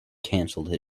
canceled